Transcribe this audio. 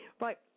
Right